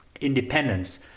independence